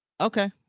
okay